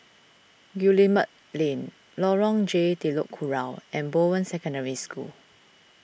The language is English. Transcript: Guillemard Lane Lorong J Telok Kurau and Bowen Secondary School